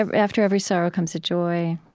um after every sorrow comes a joy,